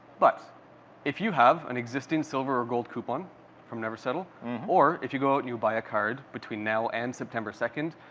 but if you have an existing silver or gold coupon from never settle or if you go out and you buy a card between now and september second,